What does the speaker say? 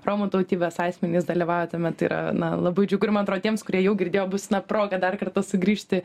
romų tautybės asmenys dalyvauja tame tai yra na labai džiugu ir man atrodo tiems kurie jau girdėjo bus na proga dar kartą sugrįžti